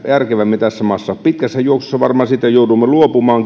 järkevämmin tässä maassa pitkässä juoksussa varmaan siitä joudummekin luopumaan